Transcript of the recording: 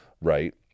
right